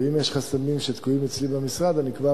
ואם יש חסמים שתקועים אצלי במשרד אני כבר